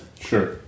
Sure